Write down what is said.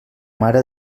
mare